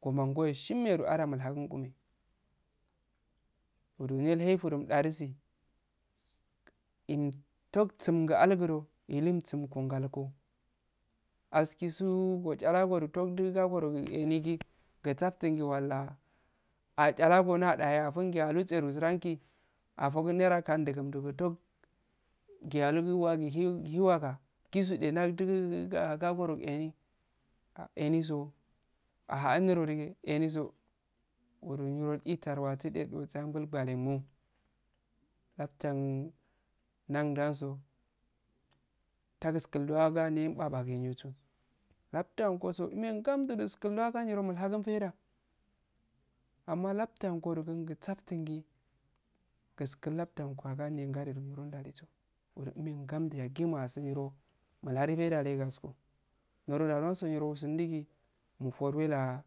Gomangoyo shimedoh are mulhakun kimeh niro effudo umdadisi imtamsugu algudoh ilumgikul ngalkoh asisu gosharago tawdugakoro giehni gigufttasun gi wallah asharagogi anadahe affun gi aluse aro surangi afokun naira kamm duggum duggum towsi ilyalugi wagigi gi waga gisu eh ndaw dadu sakoro gi ehni ah ehnijo aha un niro dige ehnigo niro iliwatirego so dose disalsuane gunemosu laftun ndawduwajo taggulguwagi niro babagigo lafttuwangugo iuunehe ngamddu su uskkum duwango aro niro milhakun faiddaammalaftuwan gorogi ufsaftungi guftu laftu agol niro ndalugo umhero ngamdda yagumma ahsun niro milharu faidda layi gaskko niro ndaigo niro gundogi mufowela